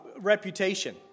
reputation